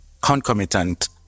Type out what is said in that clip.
concomitant